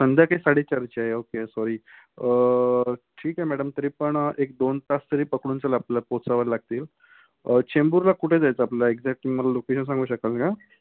संध्याकाळी साडे चारची आहे ओके सॉरी ठीक आहे मॅडम तरी पण एक दोन तास तरी पकडून चला आपल्याला पोचावं लागतील चेंबूरला कुठे जायचं आपल्याला एक्झॅक्ट तुम्ही मला लोकेशन सांगू शकाल का